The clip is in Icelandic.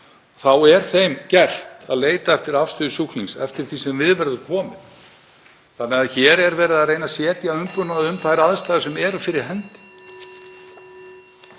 er þeim gert að leita eftir afstöðu sjúklings eftir því sem við verður komið. Þannig að hér er verið að reyna að setja umbúnað um þær aðstæður sem eru fyrir hendi.